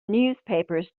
newspapers